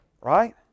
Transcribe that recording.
right